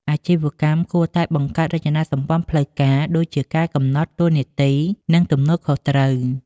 អាជីវកម្មគួរតែបង្កើត រចនាសម្ព័ន្ធផ្លូវការ ដូចជាការកំណត់តួនាទី និងទំនួលខុសត្រូវ។